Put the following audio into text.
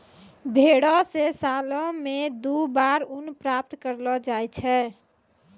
भेड़ो से सालो मे दु बार ऊन प्राप्त करलो जाय छै